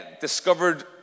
discovered